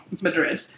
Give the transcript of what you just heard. madrid